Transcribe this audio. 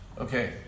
okay